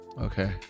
Okay